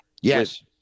Yes